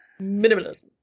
Minimalism